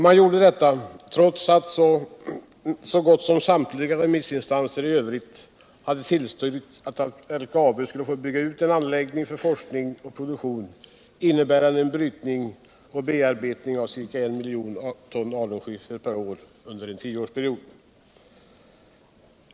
Man gjorde detta trows att så gott som samtliga remissinstanser i övrigt hade tillstyrkt att LKAB skulle få bygga ut en anläggning för forskning och produktion innebärande brytning och bearbetning av ca I miljon ton alunskiffer per år under en tioårsperiod.